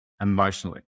emotionally